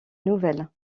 nouvelles